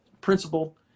principle